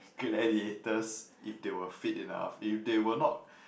gladiators if they were fit enough if they were not